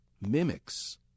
mimics